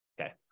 Okay